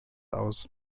aus